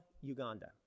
Uganda